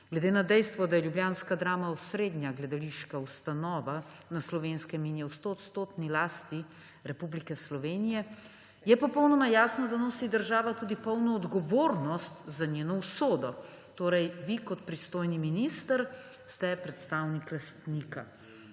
Glede na dejstvo, da je ljubljanska Drama osrednja gledališka ustanova na Slovenskem in je v stoodstotni lasti Republike Slovenije, je popolnoma jasno, da nosi država tudi polno odgovornost za njeno usodo; torej vi kot pristojni minister ste predstavnik lastnika.